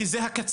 כי זה הקצה.